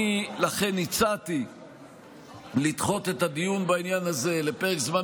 לכן הצעתי לדחות את הדיון בעניין הזה לפרק זמן